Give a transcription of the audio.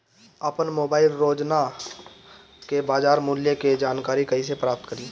आपन मोबाइल रोजना के बाजार मुल्य के जानकारी कइसे प्राप्त करी?